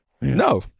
No